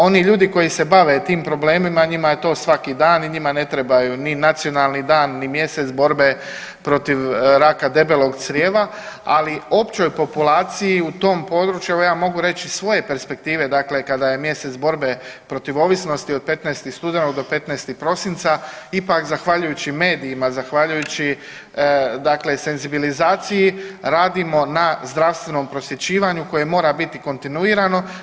Oni ljudi koji se bave tim problemima njima je to svaki dan i njima ne trebaju ni nacionalni dan, ni mjesec borbe protiv raka debelog crijeva, ali općoj populaciji u tom području, evo ja mogu reći iz svoje perspektive, dakle kada je mjesec borbe protiv ovisnosti od 15. studenog do 15. prosinca ipak zahvaljujući medijima, zahvaljujući dakle senzibilizaciji radimo na zdravstvenom prosvjećivanju koje mora biti kontinuirano.